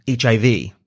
HIV